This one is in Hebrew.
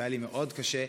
והיה לי מאוד קשה,